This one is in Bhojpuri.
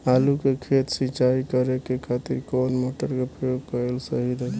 आलू के खेत सिंचाई करे के खातिर कौन मोटर के प्रयोग कएल सही होई?